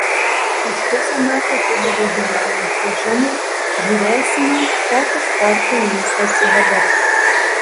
aš pusę metų atidaviau dailiajam čiuožimui žiūrėsime kokio sporto imsiuosi dabar